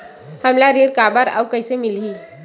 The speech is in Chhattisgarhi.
हमला ऋण काबर अउ कइसे मिलही?